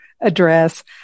address